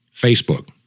Facebook